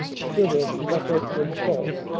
sugar, pep per and salt.